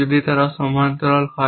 যদি তারা সমান্তরাল হয়